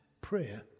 prayer